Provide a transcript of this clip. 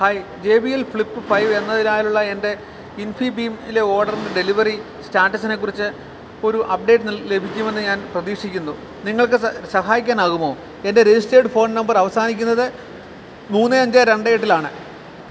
hi J B L Flip five എന്നതിനായുള്ള എൻ്റെ ഇൻഫിബീമിലെ ഓർഡറിൻ്റെ ഡെലിവറി സ്റ്റാറ്റസിനെക്കുറിച്ച് ഒരു അപ്ഡേറ്റ് ലഭിക്കുമെന്ന് ഞാൻ പ്രതീക്ഷിക്കുന്നു നിങ്ങൾക്ക് സഹായിക്കാനാകുമോ എൻ്റെ രജിസ്റ്റേർഡ് ഫോൺ നമ്പർ അവസാനിക്കുന്നത് മൂന്ന് അഞ്ച് രണ്ട് എട്ടിലാണ്